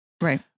Right